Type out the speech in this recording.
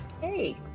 Hey